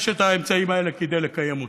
יש את האמצעים האלה כדי לקיים אותו,